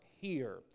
here